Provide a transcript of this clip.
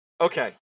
Okay